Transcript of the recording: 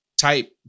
type